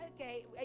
Okay